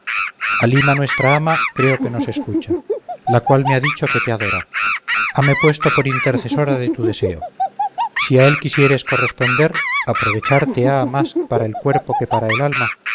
ver halima nuestra ama creo que nos escucha la cual me ha dicho que te adora hame puesto por intercesora de su deseo si a él quisieres corresponder aprovecharte ha más para el cuerpo que para el alma